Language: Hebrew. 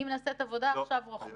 רציתי לדעת אם נעשית עבודה רוחבית.